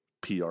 PR